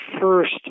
first